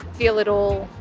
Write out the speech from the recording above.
feel it all.